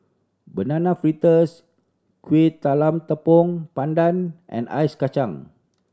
Banana Fritters Kueh Talam Tepong Pandan and ice kacang